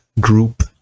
group